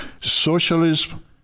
Socialism